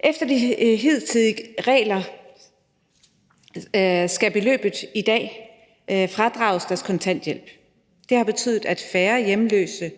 Efter de hidtidige regler skal beløbet i dag fradrages deres kontanthjælp, og det har betydet, at bl.a. færre hjemløse